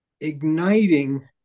igniting